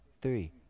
three